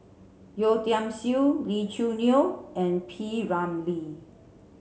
Yeo Tiam Siew Lee Choo Neo and P Ramlee